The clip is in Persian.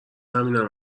همینم